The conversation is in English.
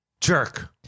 Jerk